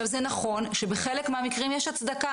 זה נכון שבחלק מהמקרים יש הצדקה,